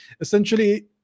essentially